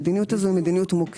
המדיניות הזאת היא מדיניות מוכרת.